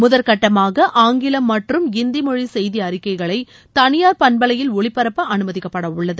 முதற்கட்டமாக ஆங்கிலம் மற்றும் இந்தி மொழி செய்தி அறிக்கைகளை தனியார் பண்பவையில் ஒலிபரப்ப அனுமதிக்கப்பட உள்ளது